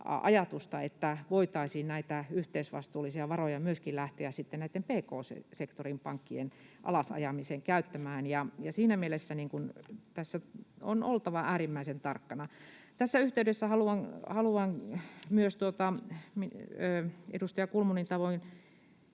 että voitaisiin näitä yhteisvastuullisia varoja myöskin lähteä sitten näiden pk-sektorin pankkien alas ajamiseen käyttämään, ja siinä mielessä tässä on oltava äärimmäisen tarkkana. Tässä yhteydessä haluan edustaja Kulmunin tavoin